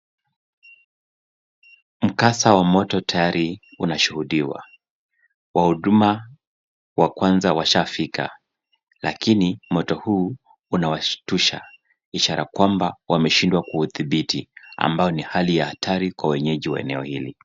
Mkasa wa moto tayari unashuhudiwa. Wahuduma wa kwanza washafika lakini moto huu unawashtusha ishara kwamba wameshindwa kuudhibiti ambao ni hali ya hatari kwa wenyeji wa eneo hili.